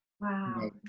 Wow